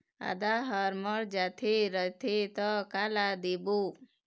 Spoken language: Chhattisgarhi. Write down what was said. आदा हर मर जाथे रथे त काला देबो?